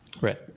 Right